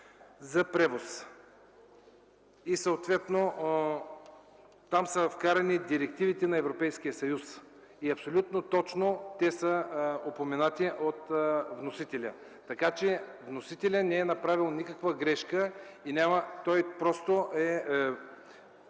за превоз и съответно там са вкарани директивите на Европейския съюз и абсолютно точно са упоменати от вносителя. Така че вносителят не е направил никаква грешка. Той просто е